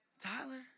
Tyler